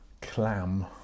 clam